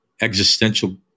existential